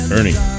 Ernie